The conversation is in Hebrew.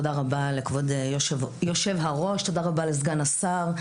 תודה לכבוד יושב הראש, תודה רבה לסגן השר.